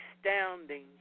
astounding